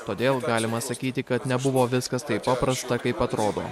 todėl galima sakyti kad nebuvo viskas taip paprasta kaip atrodo